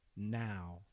now